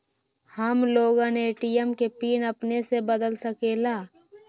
हम लोगन ए.टी.एम के पिन अपने से बदल सकेला?